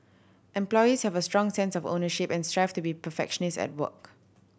employees have a strong sense of ownership and strive to be perfectionist at work